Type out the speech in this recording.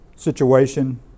situation